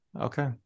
okay